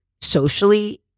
socially